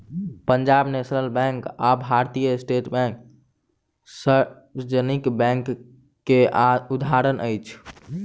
Punjab national bank आ भारतीय state bank सार्वजनिक बैंक के उदाहरण अछि